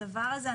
הדבר הזה,